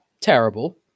terrible